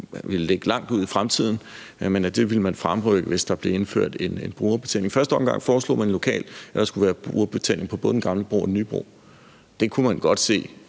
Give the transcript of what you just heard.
ville ligge langt ude i fremtiden, ville man fremrykke, hvis der blev indført en brugerbetaling. I første omgang foreslog man lokalt, at der skulle være brugerbetaling på både den gamle og den nye bro. Det kunne man godt fra